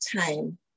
time